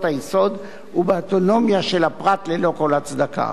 היסוד ובאוטונומיה של הפרט ללא כל הצדקה.